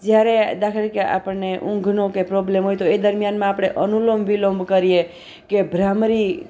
જ્યારે દાખલા તરીકે આપણને ઊંઘનો કે પ્રોબ્લમ હોય તો એ દરમિયાન આપણે અનુલોમ વિલોમ કરીએ કે ભ્રામરી